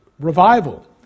revival